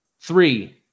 Three